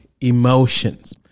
emotions